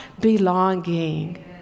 belonging